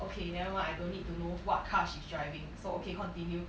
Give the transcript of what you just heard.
okay never mind I don't need to know what car she's driving so okay continue